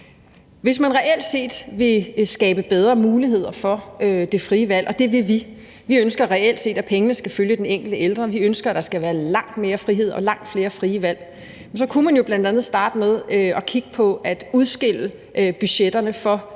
Hvis man reelt set vil skabe bedre muligheder for det frie valg, og det vil vi – vi ønsker reelt set, at pengene skal følge den enkelte ældre, og vi ønsker, at der skal være langt mere frihed og langt flere frie valg – så kunne man bl.a. starte med at kigge på at udskille budgetterne for